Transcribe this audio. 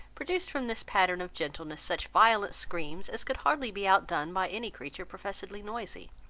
produced from this pattern of gentleness such violent screams, as could hardly be outdone by any creature professedly noisy.